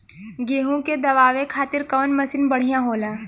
गेहूँ के दवावे खातिर कउन मशीन बढ़िया होला?